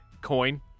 coin